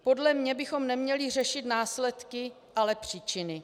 Podle mě bychom neměli řešit následky, ale příčiny.